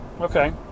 Okay